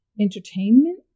entertainment